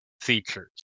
features